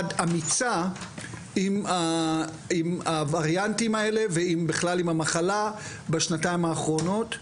אמיצה עם הווריאנטים האלה ובכלל עם המחלה בשנתיים האחרונות.